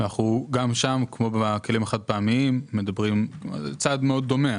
גם שם כמו בכלים החד-פעמיים אנחנו מדברים על צעד מאוד דומה,